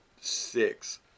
six